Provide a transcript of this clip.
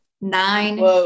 nine